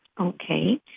Okay